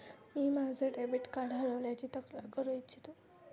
मी माझे debit card हरवल्याची तक्रार करू इच्छितो